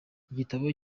igitabo